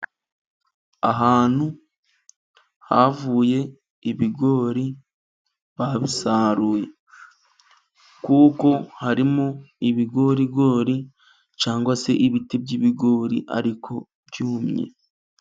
Ahantu havuye ibigori babisaruye, kuko harimo ibigorigori cyangwa se ibiti by'ibigori ariko byumye.